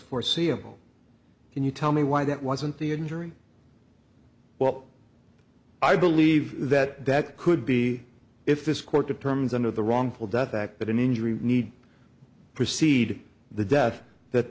foreseeable and you tell me why that wasn't the injury what i believe that that could be if this court determines under the wrongful death that that an injury need precede the death that